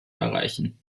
erreichen